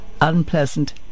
unpleasant